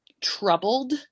troubled